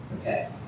Okay